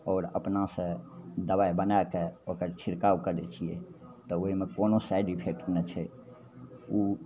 आओर अपनासे दवाइ बनैके ओकर छिड़काव करै छिए तऽ ओहिमे कोनो साइड इफेक्ट नहि छै ओ